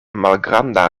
malgranda